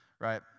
right